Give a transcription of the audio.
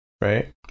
right